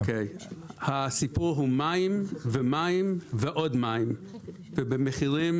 אוקי, הסיפור הוא מים ומים ועוד מים ובמחירים